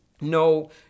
No